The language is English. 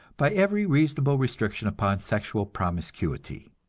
by every reasonable restriction upon sexual promiscuity.